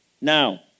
Now